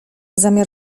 zamiar